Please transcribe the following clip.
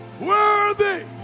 Worthy